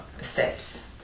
steps